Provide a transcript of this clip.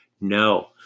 No